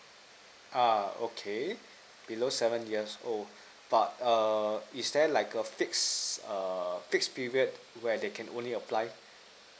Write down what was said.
uh okay below seven years old but err is there like a fix err fixed period where they can only apply